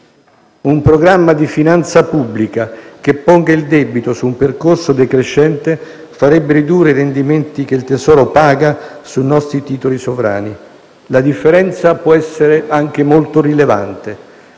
Un programma di finanza pubblica che ponga il debito su un percorso decrescente farebbe ridurre i rendimenti che il Tesoro paga sui nostri titoli sovrani. La differenza può essere anche molto rilevante.